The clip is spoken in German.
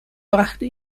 brachte